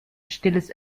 stilles